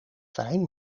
fijn